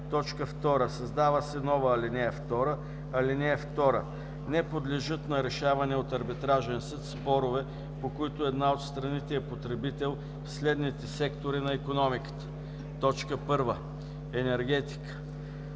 2. Създава се нова ал. 2: „(2) Не подлежат на решаване от арбитражен съд спорове, по които една от страните е потребител в следните сектори на икономиката: 1. енергетика